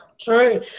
true